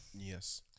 Yes